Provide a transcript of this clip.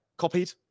copied